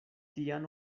tian